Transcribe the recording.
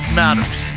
matters